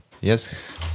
Yes